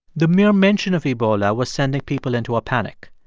the mere mention of ebola was sending people into a panic.